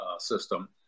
system